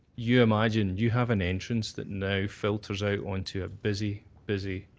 you imagine you have an entrance that now filters out on to a busy, busy